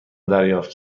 دریافت